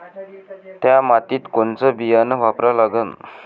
थ्या मातीत कोनचं बियानं वापरा लागन?